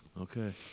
Okay